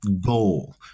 goal